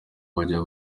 bajya